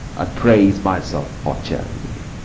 and praise myself for charity.